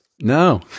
No